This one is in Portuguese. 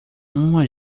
uma